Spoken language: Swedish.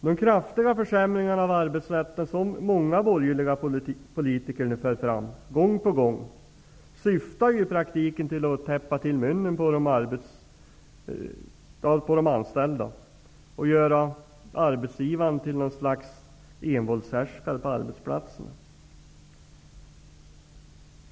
De kraftiga försämringarna av arbetsrätten, som många borgerliga politiker nu för fram, gång på gång, syftar i praktiken till att täppa till munnen på de anställda och göra arbetsgivaren till något slags envåldshärskare på arbetsplatsen.